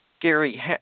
Gary